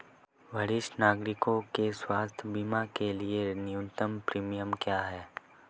वरिष्ठ नागरिकों के स्वास्थ्य बीमा के लिए न्यूनतम प्रीमियम क्या है?